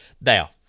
Now